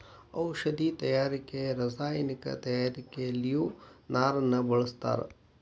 ಔಷದಿ ತಯಾರಿಕೆ ರಸಾಯನಿಕ ತಯಾರಿಕೆಯಲ್ಲಿಯು ನಾರನ್ನ ಬಳಸ್ತಾರ